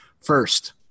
first